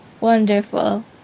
Wonderful